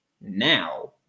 Now